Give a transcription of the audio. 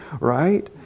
right